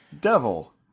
Devil